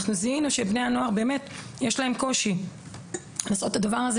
זיהינו שלבני הנוער יש קושי לעשות את הדבר הזה.